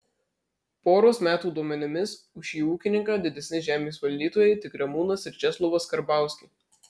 poros metų duomenimis už šį ūkininką didesni žemės valdytojai tik ramūnas ir česlovas karbauskiai